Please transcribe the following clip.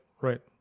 right